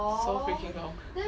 so freaking long